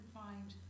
find